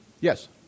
Yes